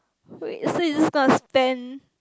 wait so you just don't want to spend